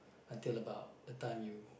until about the time you